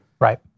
Right